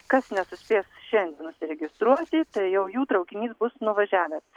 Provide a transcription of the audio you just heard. kas nesuspės šiandien užsiregistruoti tai jau jų traukinys bus nuvažiavęs